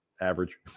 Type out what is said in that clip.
average